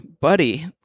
buddy